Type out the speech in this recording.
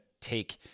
take